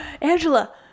angela